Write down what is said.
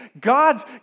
God's